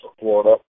Florida